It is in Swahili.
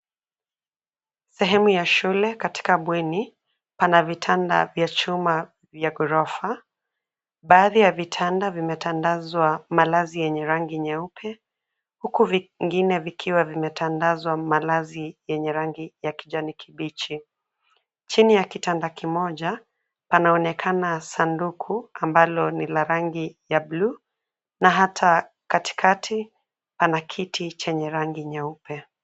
Sehemu ya shule katika bweni; pana vitanda vya chuma vya gorofa. Baadhi ya vitanda vimetandazwa malazi yenye rangi nyeupe huku vingine vikiwa vimetandazwa malazi yenye rangi ya kijani kibichi. Chini ya kitanda kimoja, panaonekana sanduku ambalo ni la rangi ya buluu na hata katikati pana kiti chenye rangi nyeupe.